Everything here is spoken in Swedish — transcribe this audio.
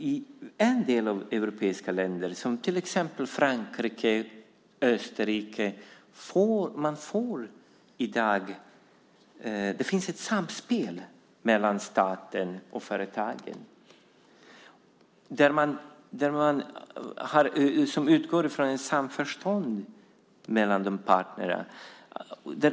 I en del europeiska länder, exempelvis Frankrike och Österrike, finns i dag ett samspel mellan staten och företagen som utgår från ett samförstånd mellan parterna.